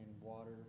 water